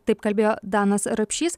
taip kalbėjo danas rapšys